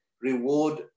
reward